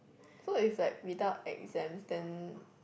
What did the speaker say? so if like without exams then